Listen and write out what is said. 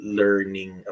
learning